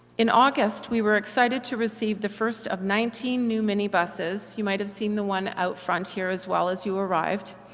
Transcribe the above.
in august we were excited to receive the first of nineteen new mini buses, you might have seen the one out front here as well as you arrived,